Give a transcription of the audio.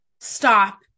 stop